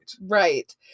Right